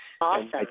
Awesome